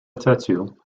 tattoo